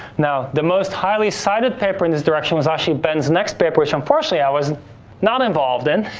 now, the most highly cited paper in this direction was actually ben's next paper, which unfortunately, i was not involved in.